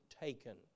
taken